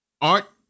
art